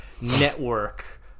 network